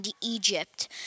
Egypt